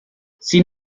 sin